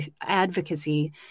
advocacy